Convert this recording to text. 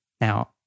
Now